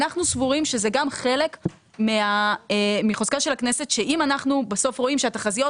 אנחנו סבורים שזה גם חלק מחוזקה של הכנסת שאם אנחנו בסוף רואים שהתחזיות